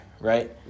Right